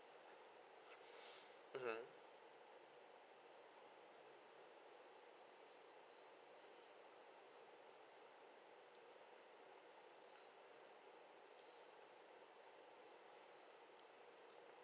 mmhmm